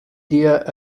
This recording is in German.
dir